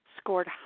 scored